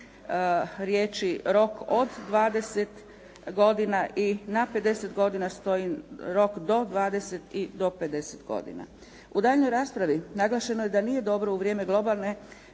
U daljnjoj raspravi naglašeno je da nije dobro u vrijeme globalne